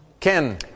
Ken